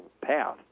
path